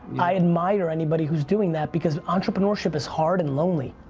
i admire anybody who's doing that because entrepreneurship is hard and lonely,